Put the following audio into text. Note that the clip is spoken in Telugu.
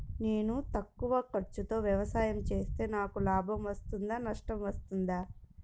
నేను తక్కువ ఖర్చుతో వ్యవసాయం చేస్తే నాకు లాభం వస్తుందా నష్టం వస్తుందా?